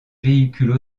véhicules